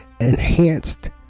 enhanced